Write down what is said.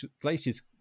glaciers